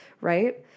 right